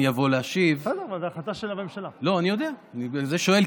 הצעת חוק רשות מקרקעי